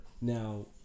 Now